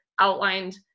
outlined